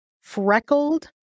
freckled